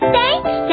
Thanks